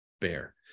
Bear